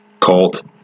cult